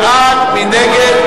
רבותי,